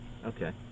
Okay